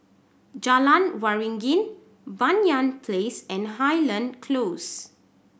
Jalan Waringin Banyan Place and Highland Close